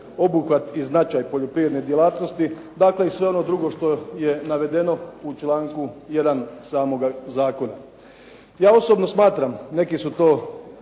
obuhvat i značaj poljoprivredne djelatnosti, dakle i sve ono drugo što je navedeno u članku 1. samoga zakona. Ja osobno smatram, neki su to